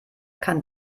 kann